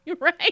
Right